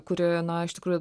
kurioje na iš tikrųjų